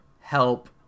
help